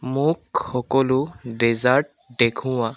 মোক সকলো ডেজাৰ্ট দেখুওৱা